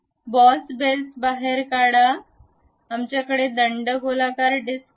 boss बेस बाहेर काढा आमच्याकडे दंडगोलाकार डिस्क आहे